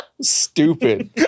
Stupid